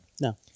No